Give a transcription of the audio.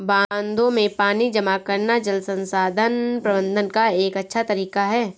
बांधों में पानी जमा करना जल संसाधन प्रबंधन का एक अच्छा तरीका है